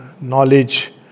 knowledge